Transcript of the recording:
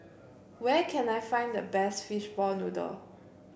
where can I find the best Fishball Noodle